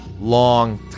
long